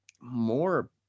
more